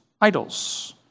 idols